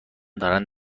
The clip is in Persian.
دارن